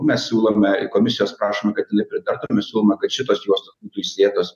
mes siūlome komisijos prašom kad jinai pritartu mes siūlome kad šitos juostos būtų įsėtos